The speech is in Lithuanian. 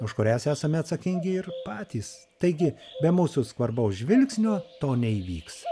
už kurias esame atsakingi ir patys taigi be mūsų skvarbaus žvilgsnio to neįvyks